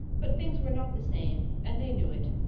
but things were not the same, and they knew it.